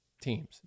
teams